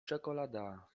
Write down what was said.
czekolada